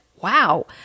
Wow